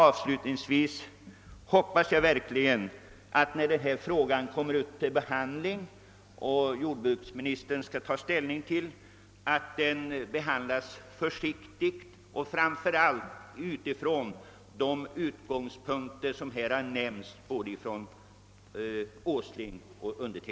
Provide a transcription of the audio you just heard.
Avslutningsvis hoppas jag verkligen att jordbruksministern se dermera ser till att denna fråga behandlas med försiktighet och framför allt med utgångspunkt i vad här har framhållits både av herr Åsling och av mig.